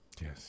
Yes